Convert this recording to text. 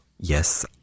Yes